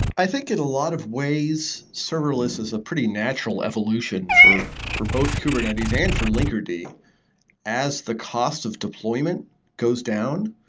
i think in a lot of ways, serverless is a pretty natural evolution for for both kubernetes and for linkerd. as as the cost of deployment goes down,